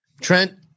trent